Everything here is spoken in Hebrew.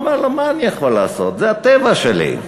הוא אומר לו: מה אני יכול לעשות, זה הטבע שלי.